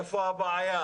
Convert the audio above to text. היכן הבעיה?